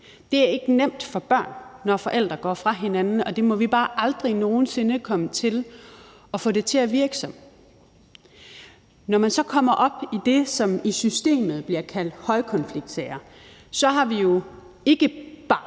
Det er ikke nemt for børn, når forældre går fra hinanden, og det må vi bare aldrig nogen sinde komme til at få det til at virke som. Når man så kommer op i det, som i systemet bliver kaldt højkonfliktsager, så har vi jo ikke bare